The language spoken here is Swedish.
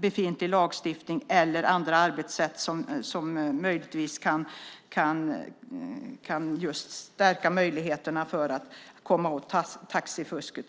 befintlig lagstiftning och andra arbetssätt som kan stärka möjligheterna att komma åt taxifusket.